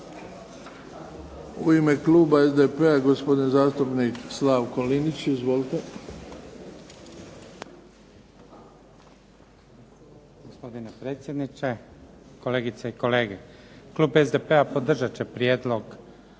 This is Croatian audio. U ime kluba SDP-a, gospodin zastupnik Slavko Linić. Izvolite.